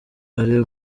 ari